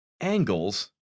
Angles